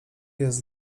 jest